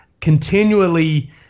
continually